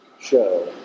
show